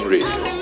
Radio